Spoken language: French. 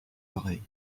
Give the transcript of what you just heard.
oreilles